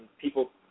people